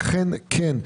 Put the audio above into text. אכן כן.